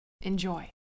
Enjoy